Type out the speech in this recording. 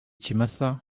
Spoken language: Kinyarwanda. ikimasa